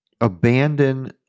abandon